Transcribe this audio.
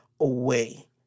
away